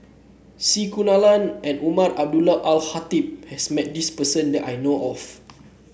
C Kunalan and Umar Abdullah Al Khatib has met this person that I know of